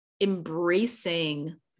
embracing